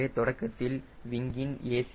எனவே தொடக்கத்தில் விங்கின் a